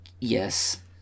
Yes